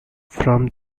from